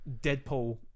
Deadpool